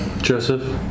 Joseph